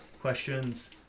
Questions